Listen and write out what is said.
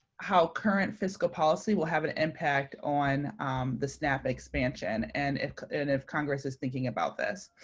how current fiscal policy will have an impact on the snap expansion and if and if congress is thinking about this.